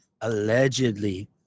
allegedly